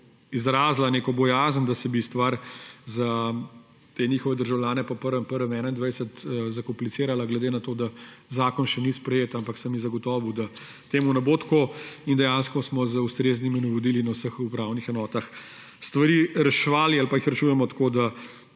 izrazila neko bojazen, da bi se stvar za te njihove državljane po 1. 1. 2021 zakomplicirala glede na to, da zakon še ni sprejet, ampak sem ji zagotovil, da temu ne bo tako, in dejansko smo z ustreznimi navodili na vseh upravnih enotah stvari reševali ali pa jih rešujemo tako, da